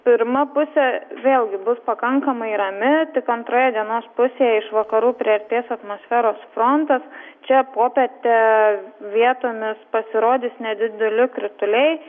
pirma pusė vėlgi bus pakankamai rami tik antroje dienos pusėje iš vakarų priartės atmosferos frontas čia popietę vietomis pasirodys nedideli krituliai